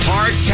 Park